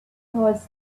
was